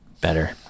better